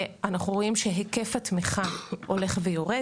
אנחנו רואים שהיקף התמיכה הולך ויורד.